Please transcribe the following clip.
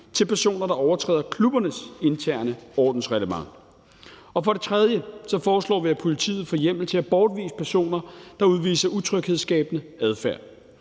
til personer, der overtræder klubbernes interne ordensreglement. For det tredje foreslår vi, at politiet får hjemmel til at bortvise personer, der udviser utryghedsskabende adfærd.